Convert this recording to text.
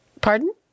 Pardon